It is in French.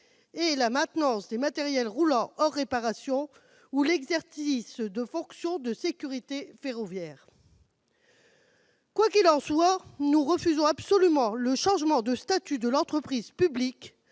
est la maintenance des matériels roulants, hors réparation, ou l'exercice de fonctions de sécurité ferroviaire. Quoi qu'il en soit, nous refusons absolument le changement de statut de l'entreprise publique,